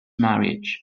marriage